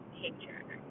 picture